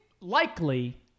likely